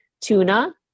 tuna